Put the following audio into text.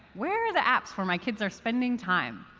where are the apps where my kids are spending time?